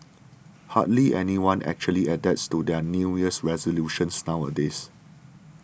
hardly anyone actually adheres to their New Year resolutions nowadays